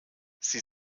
sie